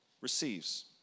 receives